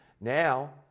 Now